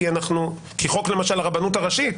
כי למשל חוק הרבנות הראשית,